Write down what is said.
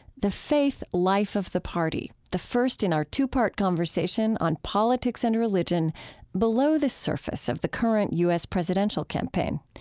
the faith life of the party, the first in our two-part conversation on politics and religion below the surface of the current u s. presidential campaign.